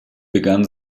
begann